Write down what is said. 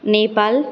Nepal